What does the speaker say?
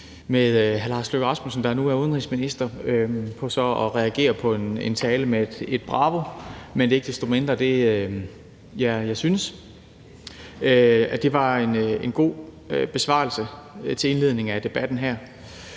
med hr. Lars Løkke Rasmussen, der nu er udenrigsminister, så at reagere på en tale med et »bravo«. Men det er ikke desto mindre det, jeg synes, altså at det var en god besvarelse ved indledningen af debatten her,